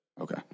Okay